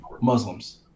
Muslims